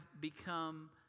become